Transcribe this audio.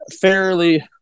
fairly